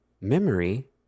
memory